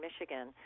Michigan